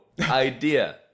idea